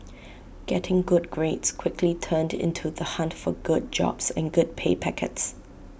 getting good grades quickly turned into the hunt for good jobs and good pay packets